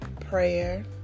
prayer